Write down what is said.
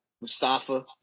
Mustafa